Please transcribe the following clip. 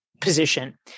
position